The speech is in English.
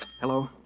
Hello